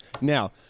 Now